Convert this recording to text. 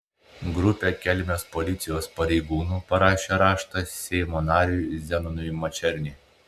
grupė kelmės policijos pareigūnų parašė raštą seimo nariui zenonui mačerniui